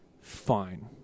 fine